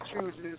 chooses